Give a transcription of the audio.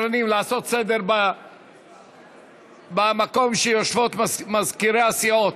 לעשות סדר במקום שבו יושבים מזכירי הסיעות,